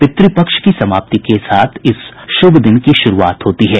पितृपक्ष की समाप्ति के साथ इस शुभ दिन की शुरुआत होती है